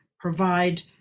provide